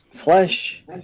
Flesh